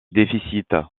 déficit